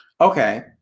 okay